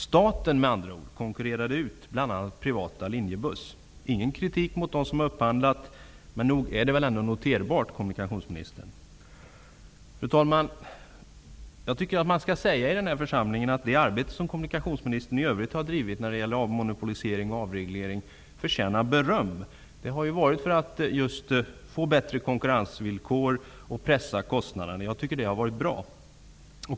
Staten konkurrerade med andra ord ut bl.a. privata Linjebuss. Jag riktar ingen kritik mot dem som har upphandlat, men nog är väl detta noterbart. Fru talman! Jag tycker att man i den här församlingen skall säga att det arbete som kommunikationsministern i övrigt har drivit när det gäller avmonopolisering och avreglering förtjänar beröm. Syftet är just att få till stånd bättre konkurrensvillkor och pressa kostnaderna. Det har varit bra.